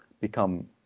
become